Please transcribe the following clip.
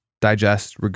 digest